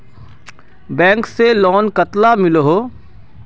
Bank से loan कतला मिलोहो?